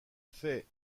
fait